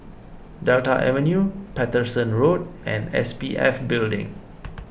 Delta Avenue Paterson Road and S P F Building